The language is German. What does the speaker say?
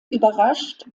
überrascht